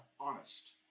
honest